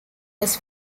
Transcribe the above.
was